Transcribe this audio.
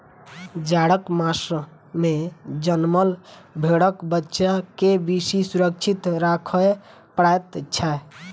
जाड़क मास मे जनमल भेंड़क बच्चा के बेसी सुरक्षित राखय पड़ैत छै